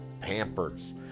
Pampers